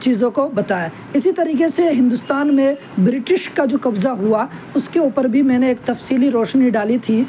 چیزوں کو بتایا اسی طریقے سے ہندوستان میں بریٹش کا جو قبضہ ہوا اس کے اوپر بھی میں نے ایک تفصیلی روشنی ڈالی تھی